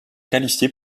qualifiées